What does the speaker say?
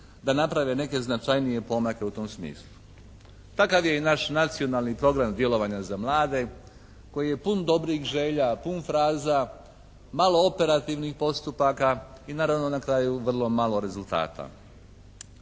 da naprave neke značajnije pomake u tom smislu. Takav je i naš nacionalni program djelovanja za mlade koji je pun dobrih želja, pun fraza, malo operativnih postupaka i naravno na kraju vrlo malo rezultata.